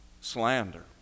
slander